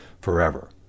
forever